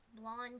Blonde